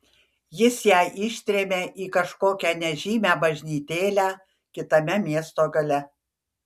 jis ją ištrėmė į kažkokią nežymią bažnytėlę kitame miesto gale